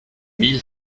mille